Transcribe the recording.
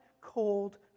cold